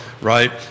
right